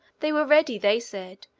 they were ready, they said,